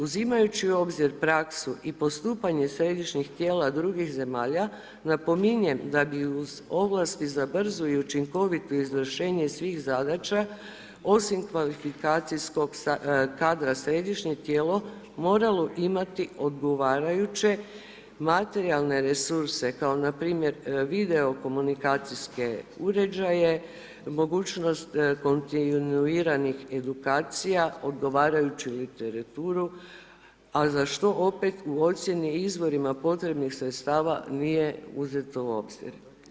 Uzimajući u obzir, praksu i postupanje središnjih tijela drugih zemalja, napominjem da bi uz ovlasti za brzu i učinkovito izvršenje svih zadaća osim kvalifikacijskog kadra, središnje tijelo, moralo imati odgovarajuće materijalne resurse, kao npr. video komunikacijske uređaje, mogućnost kontinuiranih edukacija, odgovarajuću literaturu, a za što opet u ocijeni i izvorima potrebnih sredstava nije uzeto u obzir.